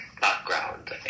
background